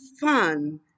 fun